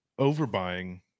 overbuying